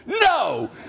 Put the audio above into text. no